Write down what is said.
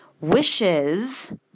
wishes